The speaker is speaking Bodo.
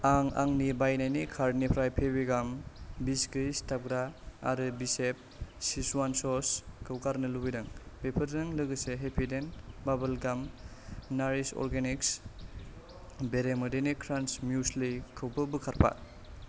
आं आंनि बायनायनि कार्टनिफ्राय फेबिगाम बिसगोयि सिथाबग्रा आरो बिशेफ चिजवान सस खौ गारनो लुबैदों बेफोरजों लोगोसे हेपिडेन्ट बाबोल गाम नारिश अर्गेनिक्स बेरेमोदैनि क्रान्च म्युस्लि खौबो बोखारफा